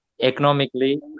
economically